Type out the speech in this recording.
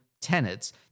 Tenets